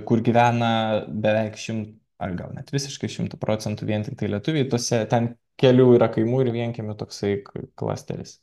kur gyvena beveik šimtas ar gal net visiškai šimtu procentų vien tiktai lietuviai tose ten kelių yra kaimų ir vienkiemių toksai klasteris